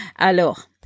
Alors